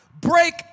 break